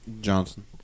Johnson